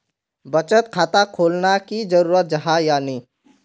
बचत खाता खोलना की जरूरी जाहा या नी?